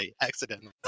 accidentally